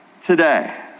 today